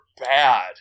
bad